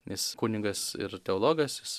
nes kunigas ir teologas jis